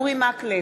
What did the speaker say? בעד אורי מקלב,